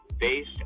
based